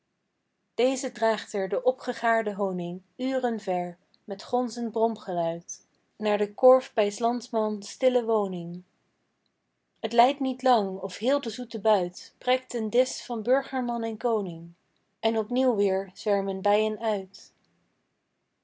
deze draagt er de opgegaarde honing uren ver met gonzend bromgeluid naar de korf bij s landmans stille woning t lijdt niet lang of heel de zoete buit prijkt ten disch van burgerman en koning en opnieuw weer zwermen bijen uit